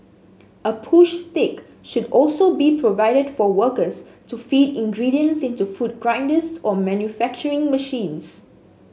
a push stick should also be provided for workers to feed ingredients into food grinders or manufacturing machines